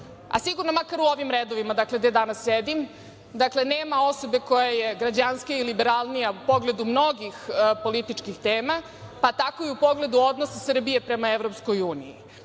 a sigurno makar u ovim redovima, dakle gde danas sedim, dakle nema osobe koja je građanskija i liberalnija u pogledu mnogih političkih tema, pa tako i u pogledu odnosa Srbije prema EU.Međutim,